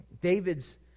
David's